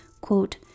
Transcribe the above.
quote